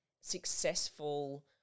successful